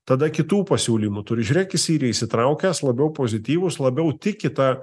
tada kitų pasiūlymų turi žiūrėk jis yra įsitraukęs labiau pozityvus labiau tiki ta